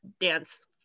dance